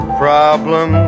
problem